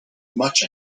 much